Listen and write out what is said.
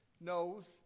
knows